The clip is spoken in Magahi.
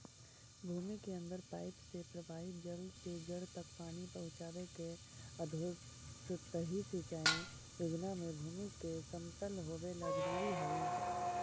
भूमि के अंदर पाइप से प्रवाहित जल से जड़ तक पानी पहुँचावे के अधोसतही सिंचाई योजना में भूमि के समतल होवेला जरूरी हइ